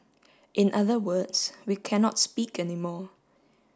in other words we cannot speak anymore